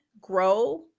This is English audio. grow